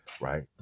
right